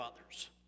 others